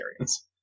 areas